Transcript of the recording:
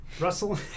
Russell